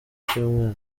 cy’umwaka